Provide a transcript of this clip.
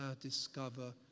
discover